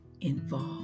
involved